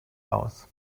aus